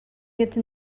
ydyn